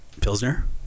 Pilsner